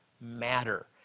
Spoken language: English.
matter